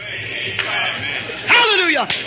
Hallelujah